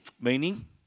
meaning